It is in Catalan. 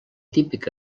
típic